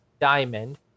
diamond